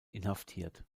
inhaftiert